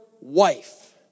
wife